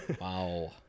wow